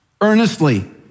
earnestly